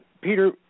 Peter